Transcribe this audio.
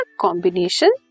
combination